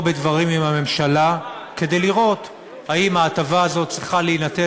בדברים עם הממשלה כדי לראות אם ההטבה הזו צריכה להינתן,